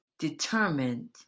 Determined